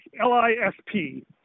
L-I-S-P